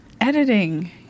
editing